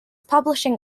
publishing